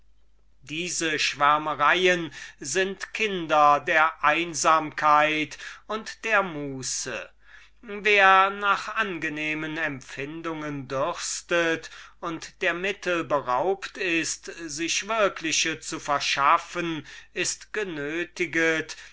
diese schwärmereien sind kinder der einsamkeit und der muße ein mensch der nach angenehmen empfindungen dürstet und der mittel beraubt ist sich würkliche zu verschaffen ist genötiget